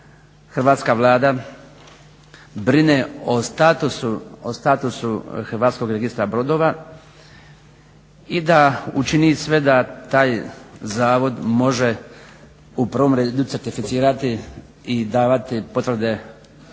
hrvatska Vlada brine o statusu HRB-a i da učini sve da taj zavod može u prvom redu certificirati i davati potvrde za